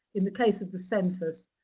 in the case of the census,